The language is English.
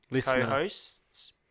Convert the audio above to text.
co-hosts